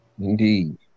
Indeed